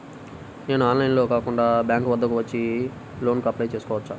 నేను ఆన్లైన్లో కాకుండా బ్యాంక్ వద్దకు వచ్చి లోన్ కు అప్లై చేసుకోవచ్చా?